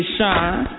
Shine